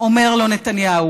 אומר לו נתניהו,